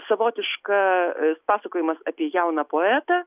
savotiška pasakojimas apie jauną poetą